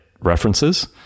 references